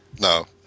No